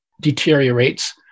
deteriorates